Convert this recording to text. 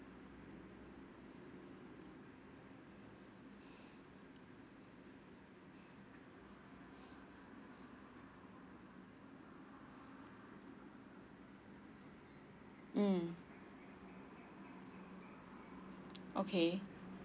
mm okay